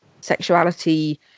sexuality